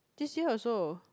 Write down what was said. this year also